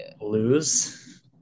lose